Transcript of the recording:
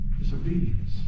disobedience